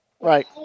Right